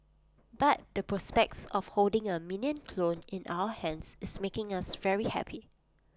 but the prospect of holding A Minion clone in our hands is making us very happy